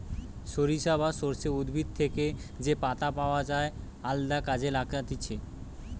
সরিষা বা সর্ষে উদ্ভিদ থেকে যে পাতা পাওয় যায় আলদা কাজে লাগতিছে